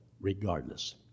regardless